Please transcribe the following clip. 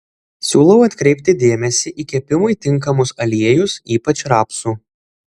siūlau atkreipti dėmesį į kepimui tinkamus aliejus ypač rapsų